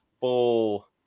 full